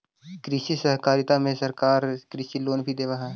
कृषि सहकारिता में सरकार कृषि लोन भी देब हई